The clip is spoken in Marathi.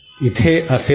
इथे असे नाही